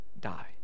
die